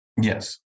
Yes